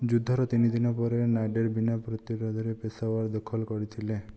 ଯୁଦ୍ଧର ତିନି ଦିନ ପରେ ନାଦେର ବିନା ପ୍ରତିରୋଧରେ ପେଶାୱର ଦଖଲ କରିଥିଲେ